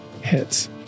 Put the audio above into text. Hits